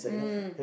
mm